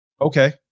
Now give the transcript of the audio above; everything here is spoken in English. okay